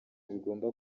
bigomba